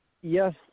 yes